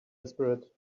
desperate